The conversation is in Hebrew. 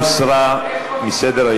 ההצעה הוסרה מסדר-היום.